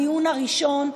בדיון הראשון,